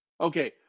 Okay